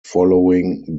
following